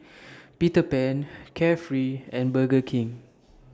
Peter Pan Carefree and Burger King